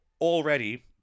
already